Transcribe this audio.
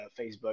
Facebook